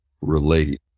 relate